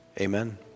Amen